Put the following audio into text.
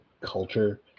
culture